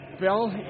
Bill